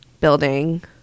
building